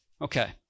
Okay